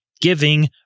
giving